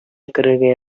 керергә